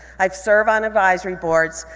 i serve on advisory boards,